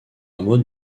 hameau